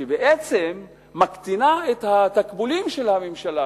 שבעצם מקטינה את התקבולים של הממשלה,